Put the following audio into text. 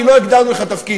כי לא הגדרנו לך תפקיד.